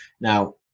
Now